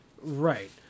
Right